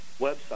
website